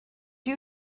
you